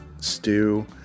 stew